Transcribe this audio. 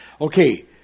Okay